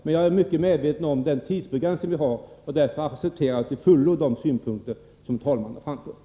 Men jag är mycket medveten om den tidsbegränsning vi har, och därför accepterar jag till fullo de synpunkter som talmannen framfört.